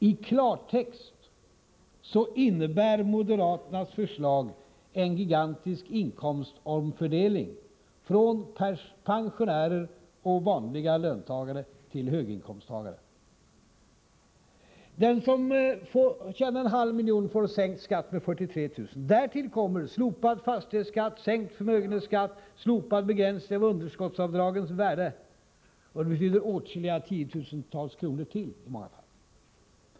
I klartext innebär moderaternas förslag en gigantisk inkomstomfördelning från pensionärer och vanliga löntagare till höginkomsttagare. Den som tjänar en halv miljon får sänkt skatt med 43 000 kr. Därtill kommer slopad fastighetsskatt, sänkt förmögenhetsskatt, slopad begränsning av underskottsavdragens värde. Det betyder i många fall åtskilliga tiotusental kronor till.